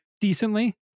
decently